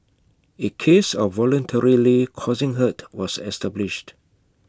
A case of voluntarily causing hurt was established